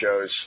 shows